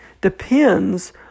depends